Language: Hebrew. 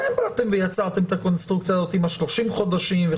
אתם יצרתם את הקונסטרוקציה הזאת עם ה-30 חודשים.